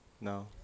No